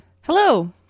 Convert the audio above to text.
Hello